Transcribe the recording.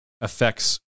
affects